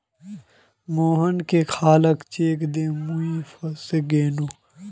मोहनके खाली चेक दे मुई फसे गेनू